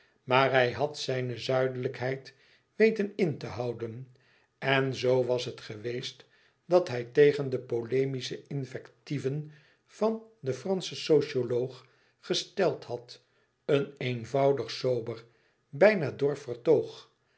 maar hij had zijne zuidelijkheid weten in te houden en zoo was het geweest dat hij tegen de polemische invectieven van den franschen socioloog gesteld had een eenvoudig sober bijna dor